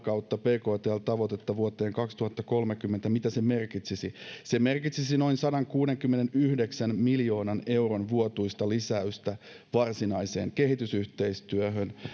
bktl tavoitetta vuoteen kaksituhattakolmekymmentä ja mitä se merkitsisi se merkitsisi noin sadankuudenkymmenenyhdeksän miljoonan euron vuotuista lisäystä varsinaiseen kehitysyhteistyöhön